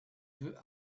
veut